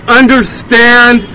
understand